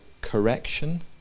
correction